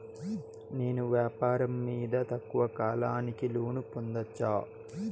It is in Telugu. నేను వ్యాపారం మీద తక్కువ కాలానికి లోను పొందొచ్చా?